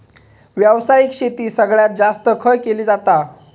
व्यावसायिक शेती सगळ्यात जास्त खय केली जाता?